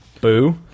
boo